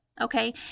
Okay